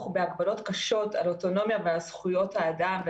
בהגבלות קשות על אוטונומיה ועל זכויות האדם.